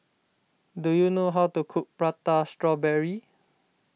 do you know how to cook Prata Strawberry